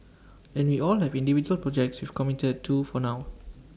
and we all have individual projects we've committed to for now